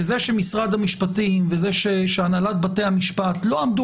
וזה שמשרד המשפטים וזה שהנהלת בתי המשפט לא עמדו